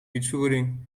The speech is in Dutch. fietsvergoeding